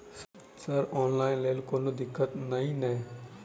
Sir online लैल कोनो दिक्कत न ई नै?